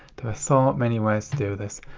there are so many ways do this.